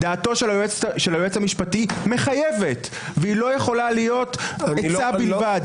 דעת היועץ המשפטי מחייבת ולא יכולה להיות עצה בלבד.